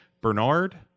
Bernard